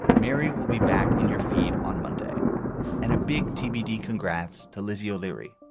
mary will be back in your feed on monday and a big tbd. congrats to lizzie o'leary,